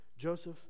Joseph